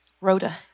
Rhoda